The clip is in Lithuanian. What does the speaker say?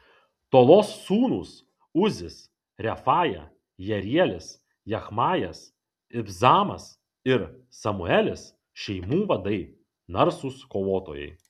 tolos sūnūs uzis refaja jerielis jachmajas ibsamas ir samuelis šeimų vadai narsūs kovotojai